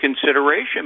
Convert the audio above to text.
consideration